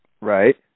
Right